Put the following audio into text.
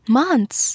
months